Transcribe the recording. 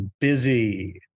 busy